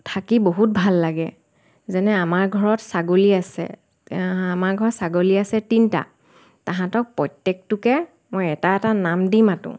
থাকি বহুত ভাল লাগে যেনে আমাৰ ঘৰত ছাগলী আছে আমাৰ ঘৰত ছগলী অছে তিনিটা তাহাঁতক প্ৰত্যেকটোকে মই এটা এটা নাম দি মাতোঁ